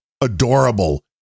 adorable